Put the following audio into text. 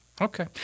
Okay